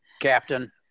Captain